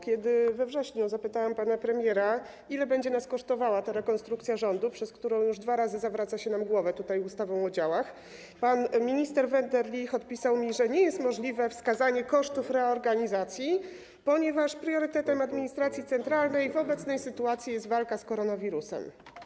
Kiedy we wrześniu zapytałam pana premiera, ile będzie nas kosztowała ta rekonstrukcja rządu, przez którą już dwa razy zawraca się nam tutaj głowę ustawą o działach, pan minister Wenderlich odpisał mi, że nie jest możliwe wskazanie kosztów reorganizacji, ponieważ priorytetem administracji centralnej w obecnej sytuacji jest walka z koronawirusem.